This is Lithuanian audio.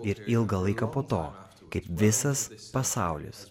ir ilgą laiką po to kaip visas pasaulis